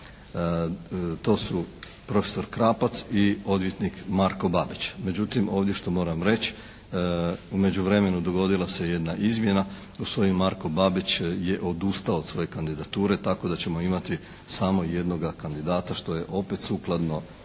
To su prof. Krapac i odvjetnik Marko Babić. Međutim ovdje što moram reći, u međuvremenu dogodila se jedna izmjena. Gospodin Marko Babić je odustao od svoje kandidature tako da ćemo imati samo jednoga kandidata što je opet sukladno